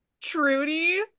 trudy